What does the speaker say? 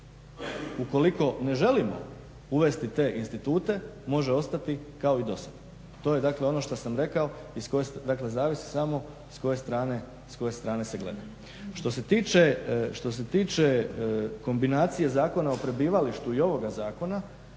Ukoliko ne želimo uvesti te institute može ostati kao i dosad. To je dakle ono što sam rekao i zavisi samo s koje strane se gleda. Što se tiče kombinacije Zakona o prebivalištu i ovoga zakona